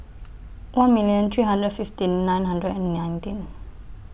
one million three hundred fifteen nine hundred and nineteen